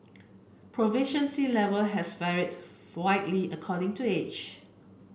proficiency level has varied widely according to age